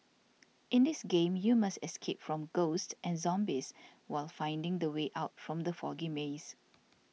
in this game you must escape from ghosts and zombies while finding the way out from the foggy maze